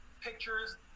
pictures